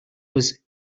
was